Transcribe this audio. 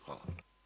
Hvala.